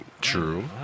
True